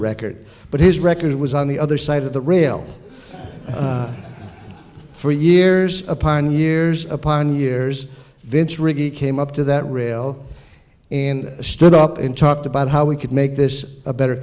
record but his record was on the other side of the rail for years upon years upon years vince rickey came up to that rail and stood up and talked about how we could make this a better